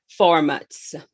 formats